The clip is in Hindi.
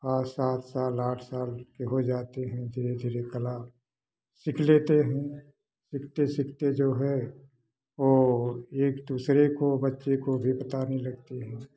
पाँच सात साल आठ साल के हो जाते हैं धीरे धीरे कला सीख लेते हैं सीखते सीखते जो है वो एक दूसरे को बच्चे को भी बताने लगते हैं